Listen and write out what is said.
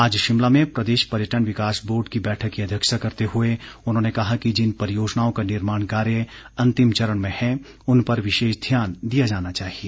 आज शिमला में प्रदेश पर्यटन विकास बोर्ड की बैठक की अध्यक्षता करते हुए उन्होंने कहा कि जिन परियोजनाओं का निर्माण कार्य अंतिम चरण में है उन पर विशेष ध्यान दिया जाना चाहिए